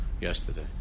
yesterday